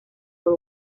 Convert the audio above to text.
por